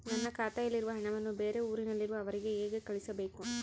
ನನ್ನ ಖಾತೆಯಲ್ಲಿರುವ ಹಣವನ್ನು ಬೇರೆ ಊರಿನಲ್ಲಿರುವ ಅವರಿಗೆ ಹೇಗೆ ಕಳಿಸಬೇಕು?